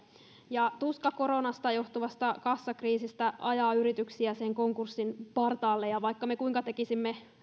tuska koronasta johtuvasta kassakriisistä ajaa yrityksiä konkurssin partaalle ja vaikka me kuinka tekisimme